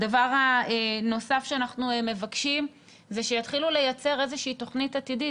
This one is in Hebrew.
הדבר הנוסף שאנחנו מבקשים זה שיתחילו לייצר איזה שהיא תוכנית עתידית.